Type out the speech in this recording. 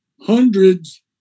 hundreds